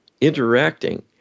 interacting